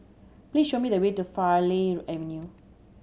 please show me the way to Farleigh Avenue